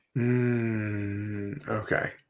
Okay